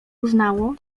uznało